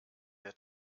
der